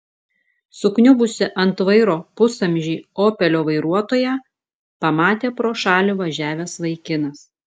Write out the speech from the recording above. sukniubusį ant vairo pusamžį opelio vairuotoją pamatė pro šalį važiavęs vaikinas